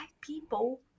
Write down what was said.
people